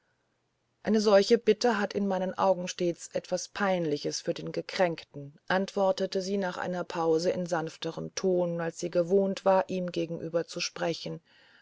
eine solche bitte hat in meinen augen stets etwas peinliches für den gekränkten antwortete sie nach einer pause in sanfterem tone als sie gewohnt war ihm gegenüber zu sprechen